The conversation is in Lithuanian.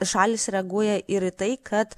šalys reaguoja ir į tai kad